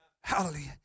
hallelujah